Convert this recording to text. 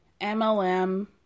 MLM